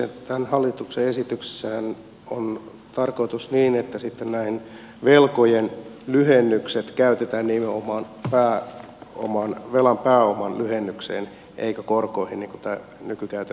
tässä hallituksen esityksessähän on tarkoitus niin että sitten nämä velkojen lyhennykset käytetään nimenomaan velan pääoman lyhennykseen eikä korkoihin niin kuin nykykäytäntö on